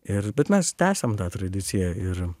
ir bet mes tęsiam tą tradiciją ir